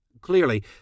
Clearly